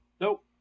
nope